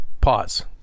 pause